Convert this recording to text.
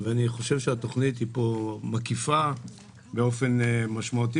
ואני חושב שהתוכנית פה היא מקיפה באופן משמעותי